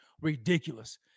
ridiculous